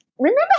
remember